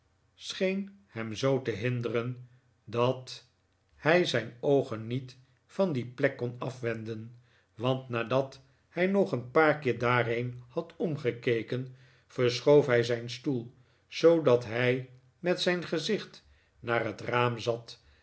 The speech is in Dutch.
scheen hem zoo te hinderen dat hij zijn oogen niet van die plek kon afwenden want nadat hij nog een paar keer daarheen had omgekeken verschoof hij zijn stoel zoodat hij met zijn gezicht naar het raam zat